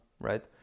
right